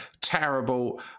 terrible